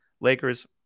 Lakers